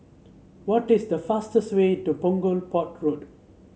what is the fastest way to Punggol Port Road